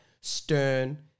stern